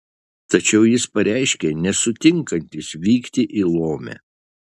tačiau jis pareiškė nesutinkantis vykti į lomę